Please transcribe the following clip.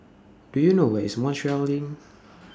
Do YOU know Where IS Montreal LINK